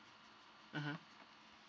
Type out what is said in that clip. mmhmm